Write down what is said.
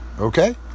Okay